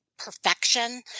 perfection